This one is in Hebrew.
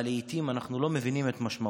אבל לעיתים אנחנו לא מבינים את משמעותו.